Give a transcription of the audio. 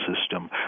system